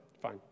fine